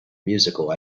musical